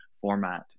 format